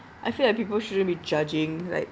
I feel like people shouldn't be judging like